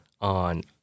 on